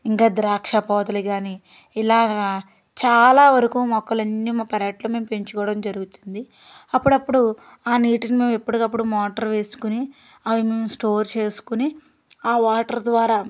ఇంకా ద్రాక్ష పోతలు కానీ ఇలా చాలా వరకు మొక్కలు అన్నీ మా పెరట్లో మేము పెంచుకోవడం జరుగుతుంది అప్పుడప్పుడు ఆ నీటిని మేము ఎప్పటికప్పుడు మోటార్ వేసుకొని అవి మేము స్టోర్ చేసుకోని ఆ వాటర్ ద్వారా